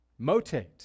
motate